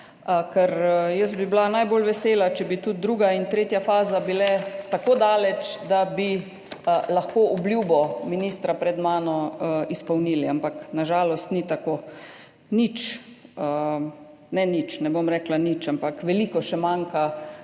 Ker jaz bi bila najbolj vesela, če bi tudi druga in tretja faza bili tako daleč, da bi lahko obljubo ministra pred mano izpolnili, ampak na žalost ni tako nič. Ne nič, ne bom rekla nič, ampak veliko še manjka